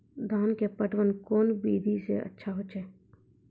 धान के पटवन कोन विधि सै अच्छा होय छै?